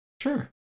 Sure